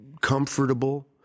comfortable